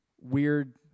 weird